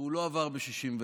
והוא לא עבר ב-61.